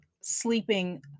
sleeping